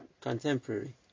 contemporary